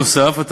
נוסף על כך,